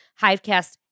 Hivecast